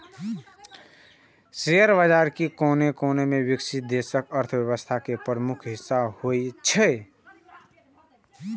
share बाजार कोनो विकसित देशक अर्थव्यवस्था के प्रमुख हिस्सा होइ छै